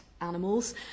animals